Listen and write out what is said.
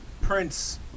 Prince